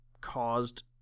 caused